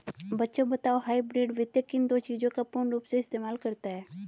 बच्चों बताओ हाइब्रिड वित्त किन दो चीजों का पूर्ण रूप से इस्तेमाल करता है?